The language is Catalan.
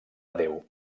déu